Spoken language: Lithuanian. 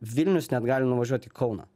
vilnius net gali nuvažiuot į kauną